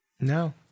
No